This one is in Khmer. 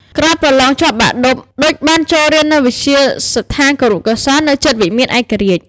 ក្រោយប្រឡងជាប់បាក់ឌុប ឌុចបានចូលរៀននៅវិទ្យាស្ថានគរុកោសល្យ នៅជិតវិមានឯករាជ្យ។